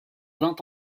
vint